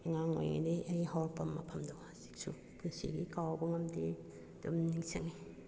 ꯑꯉꯥꯡ ꯑꯣꯏꯔꯤꯉꯩꯗꯒꯤ ꯑꯩ ꯍꯧꯔꯛꯄ ꯃꯐꯝꯗꯣ ꯍꯧꯖꯤꯛꯁꯨ ꯄꯨꯟꯁꯤꯒꯤ ꯀꯥꯎꯕ ꯉꯝꯗꯦ ꯑꯗꯨꯝ ꯅꯤꯡꯁꯤꯡꯏ